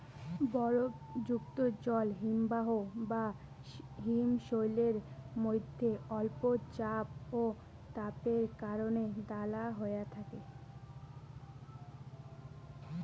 বরফযুক্ত জল হিমবাহ বা হিমশৈলের মইধ্যে অল্প চাপ ও তাপের কারণে দালা হয়া থাকে